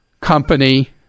company